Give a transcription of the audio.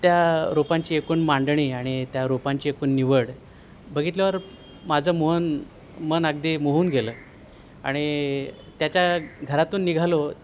त्या रोपांची एकूण मांडणी आणि त्या रोपांची एकुण निवड बघितल्यावर माझं मन मन अगदी मोहून गेलं आणि त्याच्या घरातून निघालो